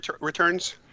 returns